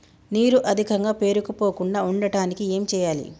నీరు అధికంగా పేరుకుపోకుండా ఉండటానికి ఏం చేయాలి?